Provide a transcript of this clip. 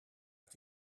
het